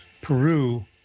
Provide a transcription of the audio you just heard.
Peru